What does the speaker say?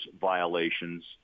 violations